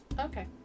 Okay